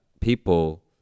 people